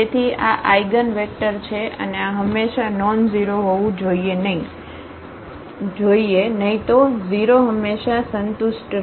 તેથી આ આઇગનવેક્ટર છે અને આ હંમેશા નોનઝેરો હોવું જોઈએ નહીં તો 0 હંમેશા સંતુષ્ટ રહેશે